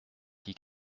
qui